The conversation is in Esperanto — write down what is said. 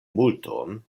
multon